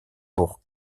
pour